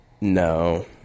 No